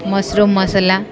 mushroom ମସଲା